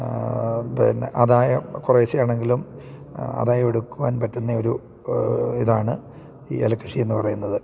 പിന്നെ അതായത് കുറേശെ ആണെങ്കിലും ആദായ എടുക്കുവാൻ പറ്റുന്ന ഒരു ഇതാണ് ഈ ഏലക്കൃഷി എന്ന് പറയുന്നത്